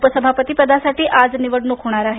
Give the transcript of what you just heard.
उपसभापतीपदासाठी आज निवडणूक होणार आहे